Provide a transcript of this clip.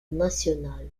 national